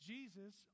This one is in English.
Jesus